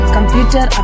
Computer